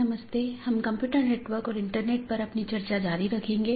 नमस्कार हम computer network और इंटरनेट पाठ्यक्रम पर अपनी चर्चा जारी रखेंगे